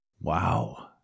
Wow